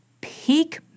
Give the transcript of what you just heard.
peak